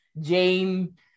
jane